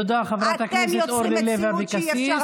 תודה, חברת הכנסת אורלי לוי אבקסיס.